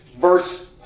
verse